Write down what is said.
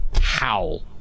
howl